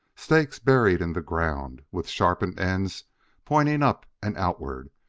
stakes buried in the ground, with sharpened ends pointing up and outward,